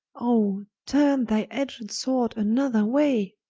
oh turne thy edged sword another way,